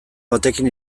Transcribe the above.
batekin